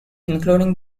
including